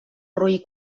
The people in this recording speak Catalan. roí